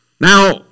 Now